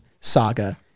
saga